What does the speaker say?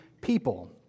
people